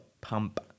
pump